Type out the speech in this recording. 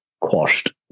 quashed